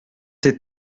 tes